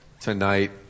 tonight